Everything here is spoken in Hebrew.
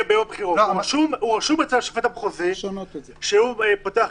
הוא רשום אצל השופט המחוזי, שהוא פתח קלפי,